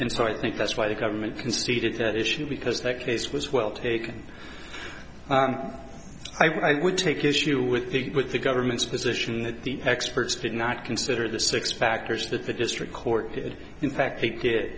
and so i think that's why the government conceded that issue because that case was well taken i would take issue with the with the government's position that the experts did not consider the six factors that the district court did in fact they did